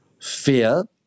fear